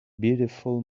beautiful